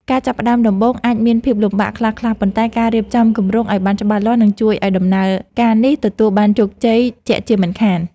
ការចាប់ផ្តើមដំបូងអាចមានភាពលំបាកខ្លះៗប៉ុន្តែការរៀបចំគម្រោងឱ្យបានច្បាស់លាស់នឹងជួយឱ្យដំណើរការនេះទទួលបានជោគជ័យជាក់ជាមិនខាន។